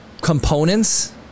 components